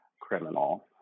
criminal